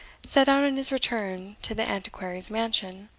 set out on his return to the antiquary's mansion.